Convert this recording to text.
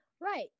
Right